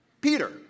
Peter